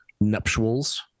nuptials